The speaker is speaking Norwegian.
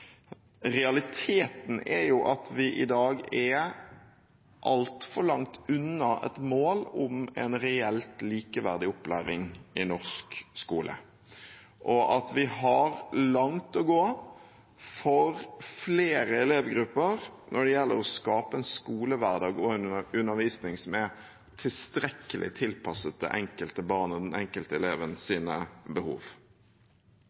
Realiteten er at vi i dag er altfor langt unna et mål om reell likeverdig opplæring i norsk skole, og at vi har langt å gå for flere elevgrupper når det gjelder å skape en skolehverdag og gi undervisning som er tilstrekkelig tilpasset det enkelte barn og den enkelte